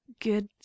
good